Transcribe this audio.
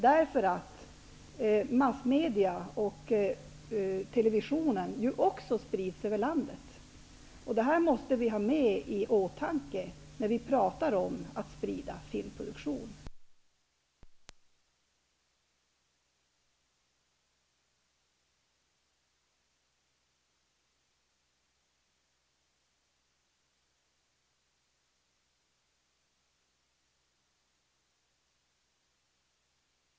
De farhågor som Birgitta Wistrand uttrycker är lätta att ta till när man får nya förslag på sitt bord. Det är viktigt att vi diskuterar detta. Vi skall ha en filmproduktion av hög kvalitet i hela landet. Jag tror inte att Birgitta Wistrand behöver vara orolig. Verkligheten kommer att utvisa att det kommer många bra produktioner.